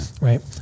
right